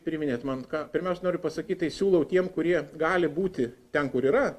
priminėt man ką pirmiausia noriu pasakyt tai siūlau tiem kurie gali būti ten kur yra